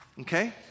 okay